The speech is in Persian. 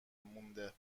مونده